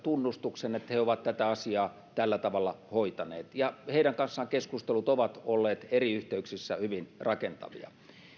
että he ovat tätä asiaa tällä tavalla hoitaneet ja heidän kanssaan keskustelut ovat olleet eri yhteyksissä hyvin rakentavia